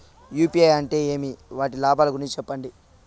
UPI అంటే ఏమి? వాటి లాభాల గురించి సెప్పండి?